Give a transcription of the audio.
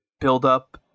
build-up